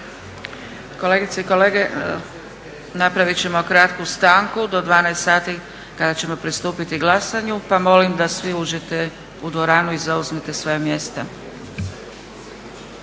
Kolegice i kolege napravit ćemo kratku stanku do 12, 00 sati kada ćemo pristupiti glasanju pa molim da svi uđete u dvoranu i zauzmete svoja mjesta.